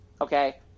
okay